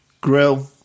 grill